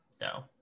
no